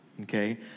Okay